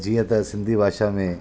जीअं त सिंधी भाषा में